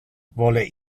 vole